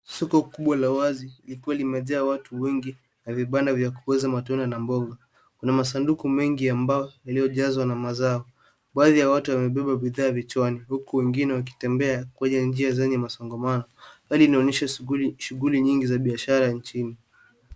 Soko kubwa la wazi, likiwa limejaa watu wengi na vibanda vya kuuza matunda na mboga. Kuna masanduku mengi ya mbao yaliyojazwa na mazao. Baadhi ya watu wamebeba bidhaa vichwani huku wengine wakitembea kwenye njia zenye msongamano. Hali inaonyesha shughuli nyingi za biashara nchini.